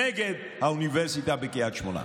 נגד האוניברסיטה בקריית שמונה.